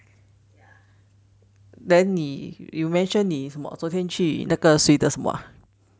then 你 you mention 你什么昨天去那个 sweetest mall